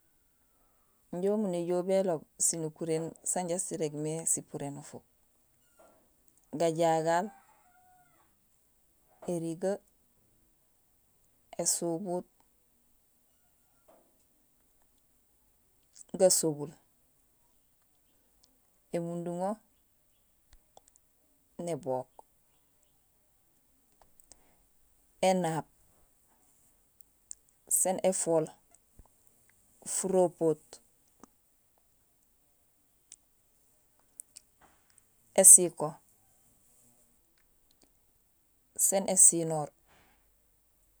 Injé umu néjool béloob sinukuréén sanja sirégmé sipuré nufuuk: gajagal, irigee, ésubut, gasobul, émunduŋo, nébook, énaab, sén éfool, foropoot, ésiko, sén ésinor.